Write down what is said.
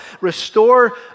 Restore